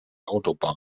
autobahn